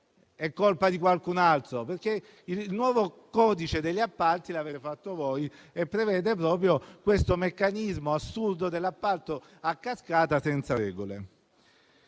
è colpa di qualcun altro, perché il nuovo codice degli appalti l'avete approvato voi e prevede proprio questo meccanismo assurdo dell'appalto a cascata senza regole.